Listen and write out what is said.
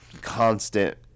constant